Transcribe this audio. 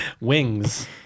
Wings